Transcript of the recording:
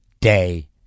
day